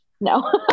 no